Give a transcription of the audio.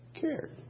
cared